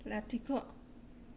लाथिख'